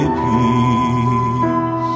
peace